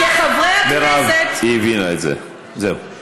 אבל מה זה הסיפור הזה?